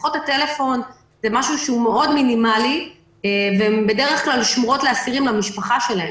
שיחות הטלפון הן מאוד מינימליות והן בדרך כלל שמורות למשפחות האסירים.